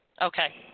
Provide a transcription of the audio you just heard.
Okay